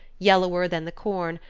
yellower than the corn,